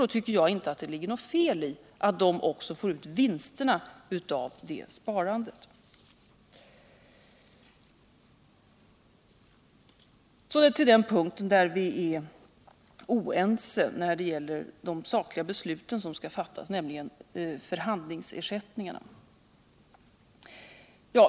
Då tycker jag alt det inte ligger något fel i att de också får ut vinsterna av det sparandet. Så till den punkt där vi är oense när det gäller de sakliga beslut som skall fattas, nämligen förhandlingsersättningen.